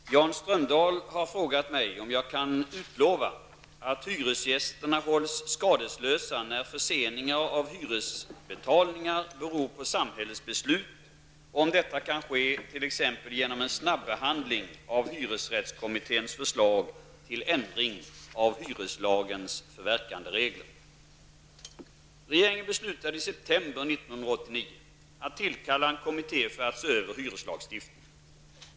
Herr talman! Jan Strömdahl har frågat mig om jag kan utlova att hyresgästerna hålls skadeslösa när förseningar av hyresbetalningar beror på samhällets beslut och om detta kan ske t.ex. genom en snabbehandling av hyresrättskommitténs förslag till ändring av hyreslagens förverkanderegler. Regeringen beslutade i september 1989 att tillkalla en kommitté för att se över hyreslagstiftningen.